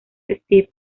steve